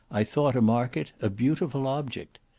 i thought a market a beautiful object.